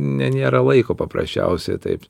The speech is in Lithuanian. ne nėra laiko paprasčiausiai taip